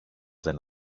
δεν